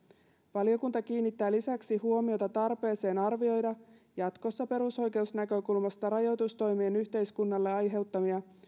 valiokunta kiinnittää lisäksi huomiota tarpeeseen arvioida jatkossa perusoikeusnäkökulmasta rajoitustoimien yhteiskunnalle aiheuttamia